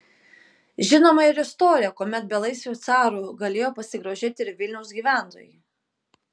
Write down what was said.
žinoma ir istorija kuomet belaisviu caru galėjo pasigrožėti ir vilniaus gyventojai